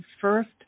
first